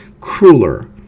crueler